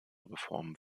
reformen